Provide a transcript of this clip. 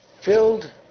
filled